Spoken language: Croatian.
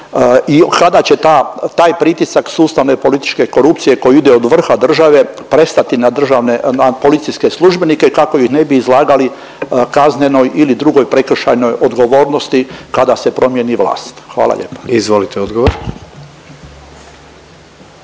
i kada će ta, taj pritisak sustavne političke korupcije koja ide od vrha države prestati na državne, na policijske službenike kako ih ne bi izlagali kaznenoj ili drugoj prekršajnoj odgovornosti kada se promijeni vlast? Hvala lijepo. **Jandroković,